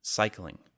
cycling